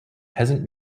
peasant